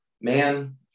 man